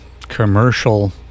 commercial